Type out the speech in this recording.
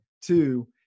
Two